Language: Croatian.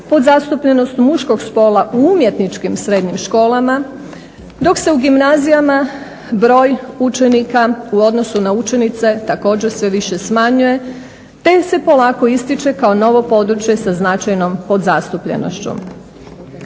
podzastupljenost muškog spola u umjetničkim srednjim školama, dok se u gimnazijama broj učenika u odnosu na učenice također sve više smanjuje te se polako ističe kao novo područje sa značajnom podzastupljenošću.